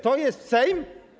To jest Sejm?